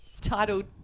titled